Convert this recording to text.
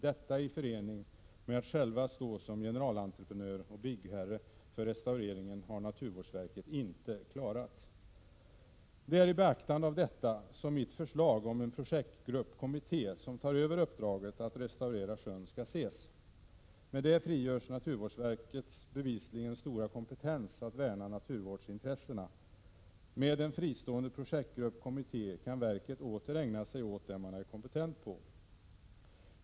Detta, i förening med att självt stå som generalentreprenör och byggherre för restaureringen, har naturvårdsverket inte klarat! Det är i beaktande av detta som mitt förslag om en projektgrupp eller kommitté som tar över uppdraget att restaurera sjön skall ses. Med det frigörs naturvårdsverkets bevisligen stora kompetens att värna naturvårdsintressena. Med en fristående projektgrupp eller kommitté kan verket åter ägna sig åt det man är kompetent på.